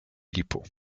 lipo